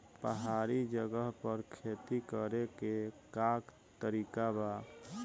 पहाड़ी जगह पर खेती करे के का तरीका बा?